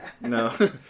no